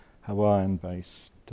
Hawaiian-based